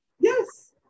Yes